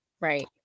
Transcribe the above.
right